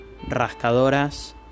rascadoras